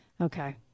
Okay